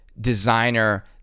designer